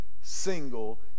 single